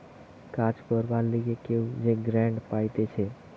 কাজ করবার লিগে কেউ যে গ্রান্ট পাইতেছে